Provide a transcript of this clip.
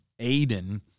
Aiden